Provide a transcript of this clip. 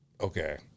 Okay